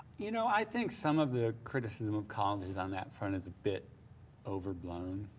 you know, i think some of the criticism of colleges on that front is a bit overblown.